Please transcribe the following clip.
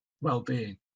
well-being